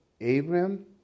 Abraham